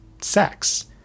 sex